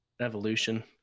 evolution